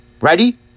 Ready